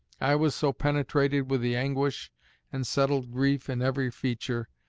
i was so penetrated with the anguish and settled grief in every feature,